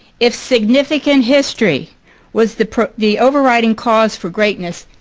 if significant history was the the overriding cause for greatness,